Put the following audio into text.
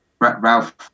Ralph